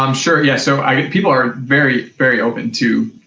um sure, yeah, so, i mean people are very, very open to,